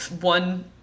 one